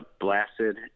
blasted